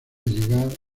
llegar